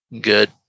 good